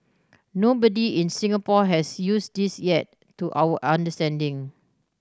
nobody in Singapore has used this yet to our understanding